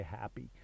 happy